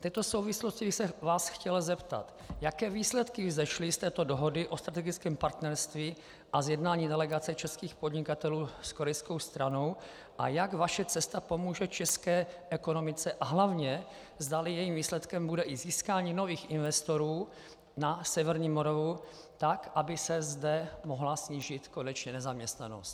V této souvislosti bych se vás chtěl zeptat, jaké výsledky vzešly z této dohody o strategickém partnerství a z jednání delegace českých podnikatelů s korejskou stranou a jak vaše cesta pomůže české ekonomice a hlavně, zda jejím výsledkem bude i získání nových investorů na severní Moravu tak, aby se zde mohla snížit konečně nezaměstnanost.